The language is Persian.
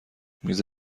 میز